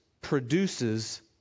produces